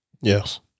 Yes